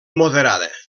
moderada